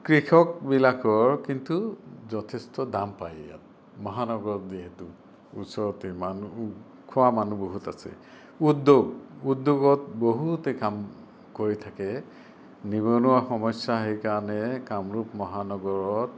কৃষকবিলাকৰ কিন্তু যথেষ্ট দাম পায় ইয়াত মহানগৰত দিয়েতো ওচৰতে মানুহ খোৱা মানুহ বহুত আছে উদ্যোগ উদ্যোগত বহুতে কাম কৰি থাকে নিবনুৱা সমস্যা সেইকাৰণে কামৰূপ মহানগৰত